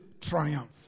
triumph